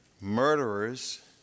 murderers